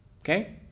Okay